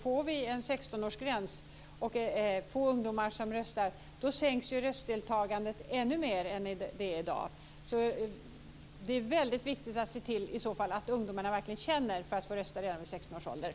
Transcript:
Får vi en 16-årsgräns och få ungdomar som röstar, sänks röstdeltagandet ännu mer än det är i dag. Så det är väldigt viktigt i så fall att se till att ungdomarna verkligen känner för att få rösta redan vi 16-årsåldern.